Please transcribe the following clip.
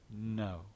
no